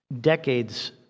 decades